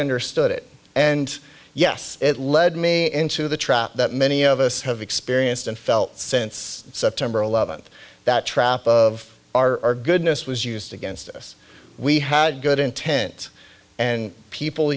understood it and yes it led me into the trap that many of us have experienced and felt since september eleventh that trap of our goodness was used against us we had good intent and people